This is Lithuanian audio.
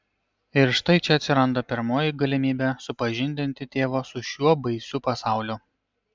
ir štai čia atsiranda pirmoji galimybė supažindinti tėvą su šiuo baisiu pasauliu